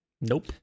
Nope